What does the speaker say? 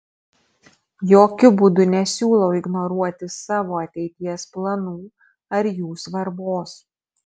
jokiu būdu nesiūlau ignoruoti savo ateities planų ar jų svarbos